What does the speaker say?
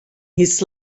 his